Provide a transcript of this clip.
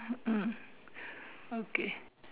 mm okay